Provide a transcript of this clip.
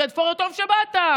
עודד פורר, טוב שבאת.